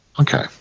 Okay